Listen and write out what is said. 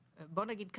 בואו נגיד ככה: